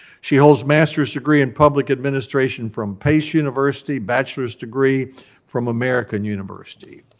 she holds master's degree in public administration from pace university, bachelor's degree from american university.